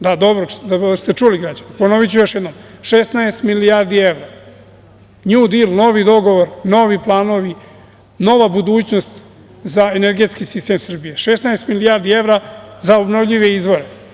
Da, dobro ste čuli, ponoviću još jednom – 16 milijardi evra, novi planovi, novi dogovor, nova budućnost za energetski sistem Srbije, 16 milijardi evra za obnovljive izvore.